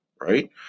right